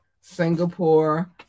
Singapore